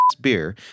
beer